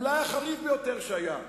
אולי החריף ביותר שהיה,